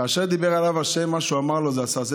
"כאשר דיבר אליו ה'": מה שהוא אמר לו, את זה עשה.